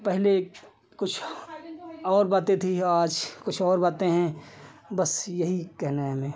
पहले कुछ और बातें थीं आज कुछ और बातें हैं बस यही कहना है हमें